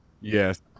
Yes